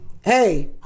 Hey